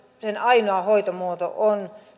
sen ainoa hoitomuoto on